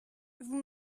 vous